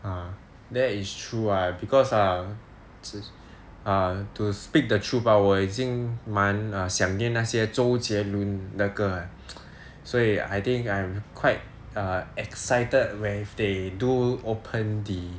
uh that is true ah because err err to speak the truth ah 我已经蛮想念那些周杰伦的歌所以 I think I'm quite excited when if they do open the